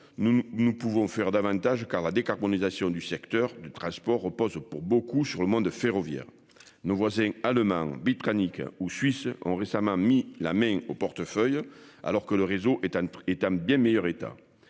nous pouvons faire davantage car la décarbonisation du secteur du transport repose pour beaucoup sur le monde ferroviaire. Nos voisins allemands Bicanic ou suisses ont récemment mis la main au portefeuille. Alors que le réseau est un est un bien meilleur état